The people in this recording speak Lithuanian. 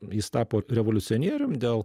jis tapo revoliucionierium dėl